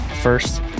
first